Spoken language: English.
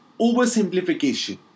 oversimplification